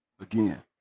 again